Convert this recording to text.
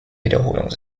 wiederholung